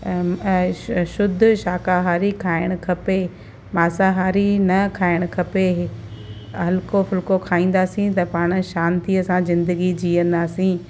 ऐं शु शुद्ध शाकाहारी खाइणु खपे मासाहारी न खाइणु खपे हल्को फुल्को खाईंदासीं त पाण शांतीअ सां ज़िंदगी जीअंदासीं